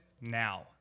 now